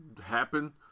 happen